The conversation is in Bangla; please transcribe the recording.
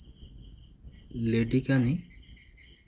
লেডিকেনি